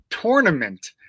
tournament